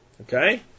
Okay